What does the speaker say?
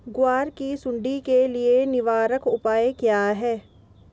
ग्वार की सुंडी के लिए निवारक उपाय क्या है?